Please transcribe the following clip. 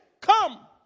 Come